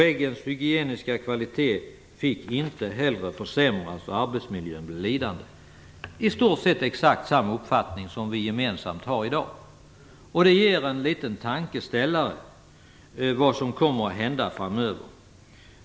Äggens hygieniska kvalitet får inte heller försämras, och arbetsmiljön får inte bli lidande. Detta är i stort sett exakt samma uppfattning som vi gemensamt har i dag. Det ger en liten tankeställare om vad som kommer att hända framöver.